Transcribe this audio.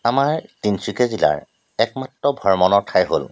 আমাৰ তিনিচুকীয়া জিলাৰ একমাত্ৰ ভ্ৰমণৰ ঠাই হ'ল